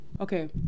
Okay